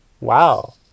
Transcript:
wow